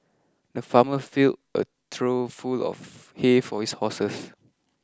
the farmer filled a trough full of hay for his horses